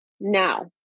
now